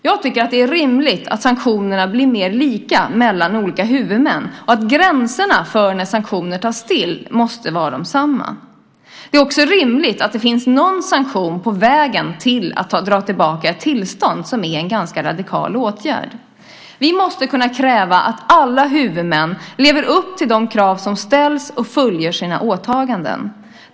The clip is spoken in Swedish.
Jag tycker att det är rimligt att sanktionerna blir mer lika mellan olika huvudmän och att gränserna för när sanktioner tas till måste vara desamma. Det är också rimligt att det finns någon sanktion på vägen till att dra tillbaka ett tillstånd, vilket är en ganska radikal åtgärd. Vi måste kunna kräva att alla huvudmän lever upp till de krav som ställs och fullgör sina åtaganden.